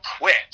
quit